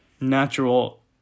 natural